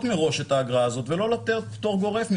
מראש את האגרה הזאת ולא לתת פטור גורף,